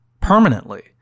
Permanently